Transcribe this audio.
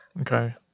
Okay